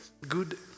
good